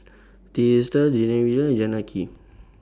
Teesta Davinder Janaki